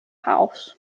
house